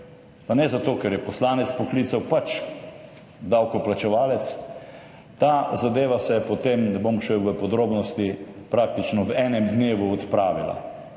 pa ne zato ker je poslanec poklical, pač davkoplačevalec, ta zadeva se je potem, ne bom šel v podrobnosti, praktično v enem dnevu odpravila.